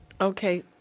Okay